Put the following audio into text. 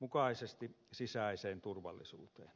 mukaisesti sisäiseen turvallisuuteen